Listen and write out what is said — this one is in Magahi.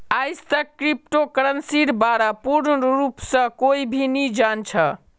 आईजतक क्रिप्टो करन्सीर बा र पूर्ण रूप स कोई भी नी जान छ